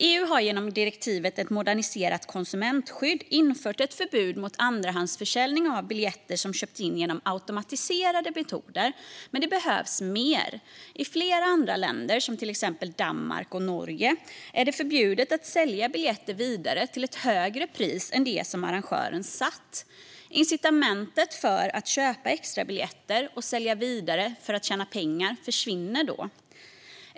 EU har genom direktivet om ett moderniserat konsumentskydd infört ett förbud mot andrahandsförsäljning av biljetter som köpts in genom automatiserade metoder, men det behövs mer. I flera andra länder, till exempel Danmark och Norge, är det förbjudet att sälja biljetter vidare till ett högre pris än det som arrangören satt. Incitamentet för att köpa extra biljetter och sälja vidare för att tjäna pengar försvinner då.